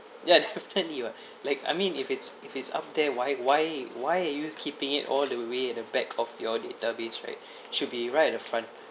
ya definitely [what] like I mean if it's if it's up there why why why are you keeping it all the way at the back of your database right should be right at the front